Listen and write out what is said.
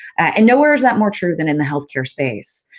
and, nowhere is that more true than in the healthcare space.